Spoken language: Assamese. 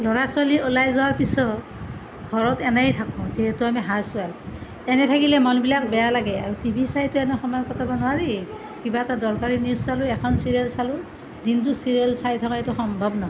ল'ৰা ছোৱালী ওলাই যোৱাৰ পিছত ঘৰত এনেয়ে থাকোঁ যিহেতু আমি হাওছ ৱাইফ এনেই থাকিলে মনবিলাক বেয়া লাগে আৰু টিভি চাইতো এনেই সময় কটাব নোৱাৰি কিবা এটা দৰকাৰী নিউজ চালোঁ এখন চিৰিয়েল চালোঁ দিনটো চিৰিয়েল চাই থকাটো সম্ভৱ নহয়